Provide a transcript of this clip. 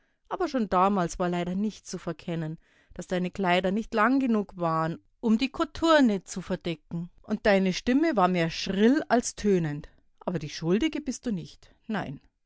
aber schon damals war leider nicht zu verkennen daß deine kleider nicht lang genug waren um die kothurne zu verdecken und deine stimme war mehr schrill als tönend aber die schuldige bist du nicht nein